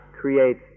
creates